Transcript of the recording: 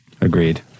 Agreed